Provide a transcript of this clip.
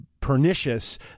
pernicious